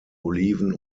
oliven